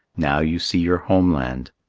now you see your home-land.